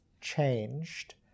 changed